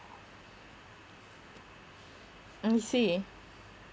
I see